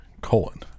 colon